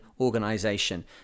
organization